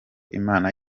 imana